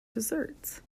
desserts